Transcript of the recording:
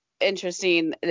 interesting